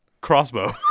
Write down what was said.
crossbow